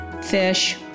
fish